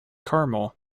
carmel